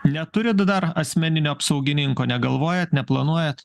neturit dar asmeninio apsaugininko negalvojat neplanuojat